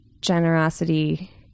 generosity